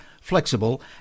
flexible